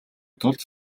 тулд